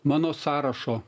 mano sąrašo